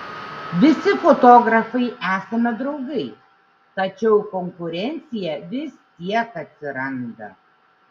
visi fotografai esame draugai tačiau konkurencija vis tiek atsiranda